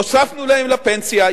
הוספנו להם לפנסיה.